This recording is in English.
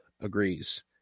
agrees